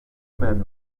men